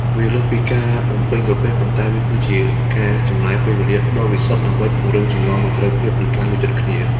វាលើសពីការបំពេញក្រពះ ប៉ុន្តែវាគឺជាការចំណាយពេលវេលាដ៏វិសុទ្ធដើម្បីពង្រឹងចំណងមេត្រីភាព និងការយល់ចិត្តគ្នា។